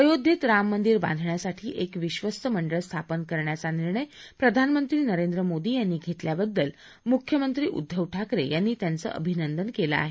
अयोध्येत राम मंदिर बांधण्यासाठी एक विश्वस्त मंडळ स्थापन करायचा निर्णय प्रधानमंत्री नरेंद्र मोदी यांनी घेतल्याबद्दल मुख्यमंत्री उद्दव ठाकरे यांनी त्यांचं अभिनंदन केलं आहे